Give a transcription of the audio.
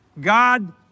God